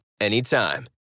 anytime